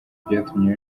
byatumye